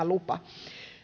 lupa